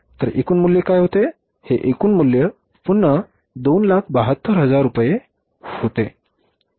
तर एकूण मूल्य काय होते हे एकूण मूल्य पुन्हा 272000 रुपये होते